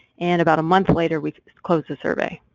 and about a month later, we closed the survey.